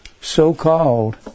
so-called